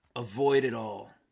avoid it all